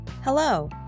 Hello